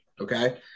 okay